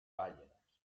pàgines